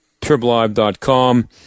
TribLive.com